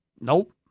Nope